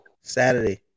Saturday